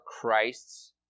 Christ's